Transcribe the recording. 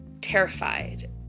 terrified